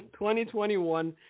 2021